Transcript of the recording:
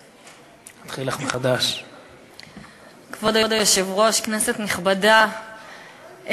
בשביל אותם יהודים שחיים בחוץ-לארץ ורוצים להגשים את יהדותם,